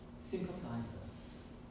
sympathizes